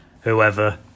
whoever